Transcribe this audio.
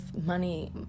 money